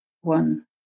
One